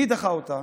מי דחה אותה?